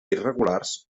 irregulars